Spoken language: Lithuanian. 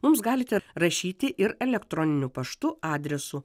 mums galite rašyti ir elektroniniu paštu adresu